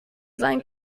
sein